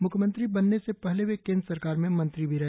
म्ख्यमंत्री बनने से पहले वे केंद्र सरकार में मंत्री भी रहे